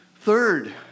Third